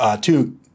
two